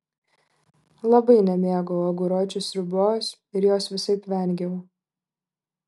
labai nemėgau aguročių sriubos ir jos visaip vengiau